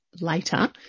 later